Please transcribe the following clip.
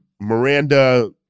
Miranda